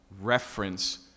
reference